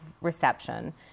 reception